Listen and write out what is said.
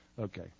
Okay